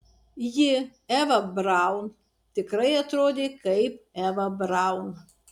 ji eva braun tikrai atrodė kaip eva braun